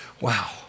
Wow